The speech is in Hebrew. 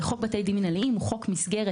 חוק בתי דין מינהליים הוא חוק מסגרת,